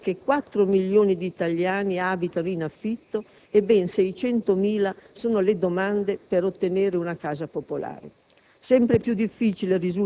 si calcola tuttavia che 4 milioni di italiani abitano in affitto e ben 600.000 sono le domande per ottenere una casa popolare.